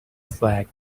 flag